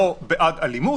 לא ממך.